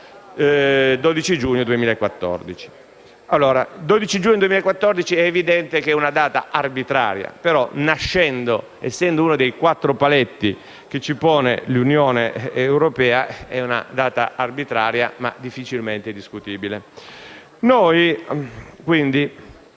12 giugno 2014.